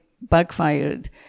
backfired